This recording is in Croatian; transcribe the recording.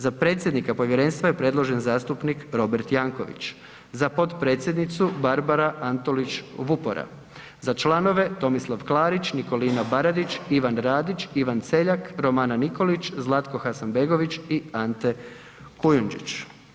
Za predsjednika povjerenstva je predložen zastupnik Robert Jankovics, za potpredsjednicu Barbara Atnolić Vupora, za članove Tomislav Klarić, Nikolina Baradić, Ivan Radić, Ivan Celjak, Romana Nikolić, Zlatko Hasanbegović i Ante Kujundžić.